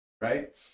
right